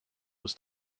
was